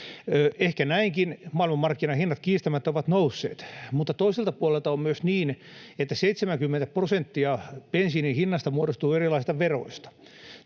Ehkä näinkin — maailmanmarkkinahinnat kiistämättä ovat nousseet — mutta toiselta puolelta on myös niin, että 70 prosenttia bensiinin hinnasta muodostuu erilaisista veroista.